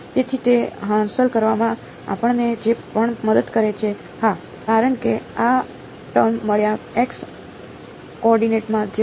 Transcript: તેથી તે હાંસલ કરવામાં આપણને જે પણ મદદ કરે છે હા કારણ કે આ ટર્મ માળા x કોઓર્ડિનેટમાં જ છે